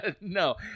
no